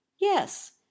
yes